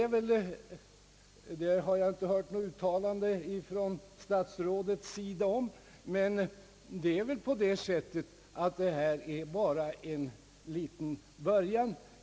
Jag har visserligen inte hört något uttalande därom från statsrådets sida, men det är väl ändå så att vad som här föreslås bara är en liten början.